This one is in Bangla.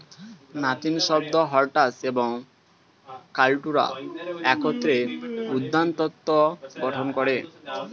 লাতিন শব্দ হরটাস এবং কাল্টুরা একত্রে উদ্যানতত্ত্ব গঠন করে